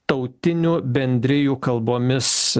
tautinių bendrijų kalbomis